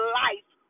life